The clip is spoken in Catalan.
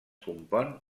compon